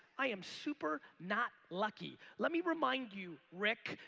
i am super not lucky. let me remind you, rick,